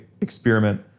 experiment